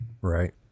Right